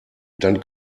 dann